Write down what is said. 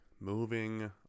Moving